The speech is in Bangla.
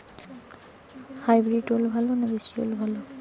হাইব্রিড ওল ভালো না দেশী ওল ভাল?